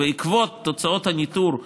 בעקבות תוצאות הניטור,